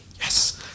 yes